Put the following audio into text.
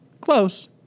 Close